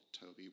Toby